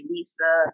Lisa